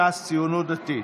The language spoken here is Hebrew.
ש"ס והציונות הדתית.